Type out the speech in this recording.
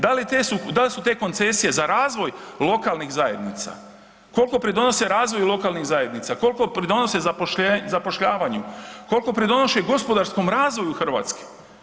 Da li su te koncesije za razvoj lokalnih zajednica, koliko pridonose razvoju lokalnih zajednica, koliko pridonose zapošljavanju, koliko pridonose gospodarskom razvoju Hrvatske?